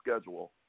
schedule